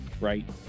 right